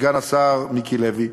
סגן השר מיקי לוי,